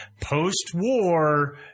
post-war